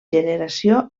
generació